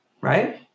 right